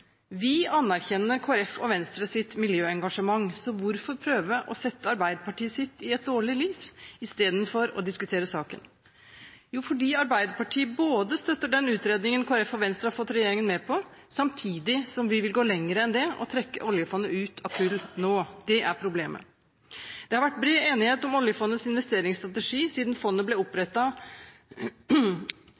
Vi anerkjenner Kristelig Folkepartis og Venstres miljøengasjement, så hvorfor prøve å sette Arbeiderpartiets miljøengasjement i et dårlig lys istedenfor å diskutere saken? For Arbeiderpartiet støtter den utredningen Kristelig Folkeparti og Venstre har fått regjeringen med på, samtidig som vi vil gå lenger enn det og trekke oljefondet ut av kullselskaper nå. Det er problemet. Det har vært bred enighet om oljefondets investeringsstrategi siden fondet ble